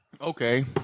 Okay